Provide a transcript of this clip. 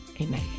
Amen